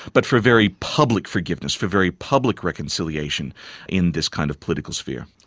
but for very public forgiveness, for very public reconciliation in this kind of political sphere.